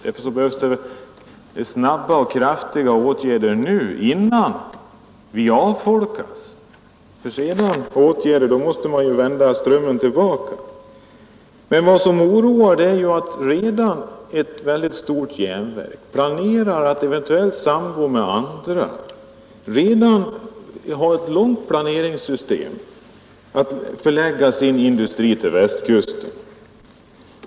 Därför behövs det snabba och kraftiga åtgärder nu, innan avfolkningen har gått för långt, ty sedan måste man ju vända strömmen tillbaka. Vad som oroar är att ett mycket stort järnverk planerar att eventuellt sammangå med andra, och det finns redan planer på en förläggning till Västkusten.